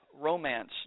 romance